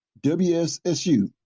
WSSU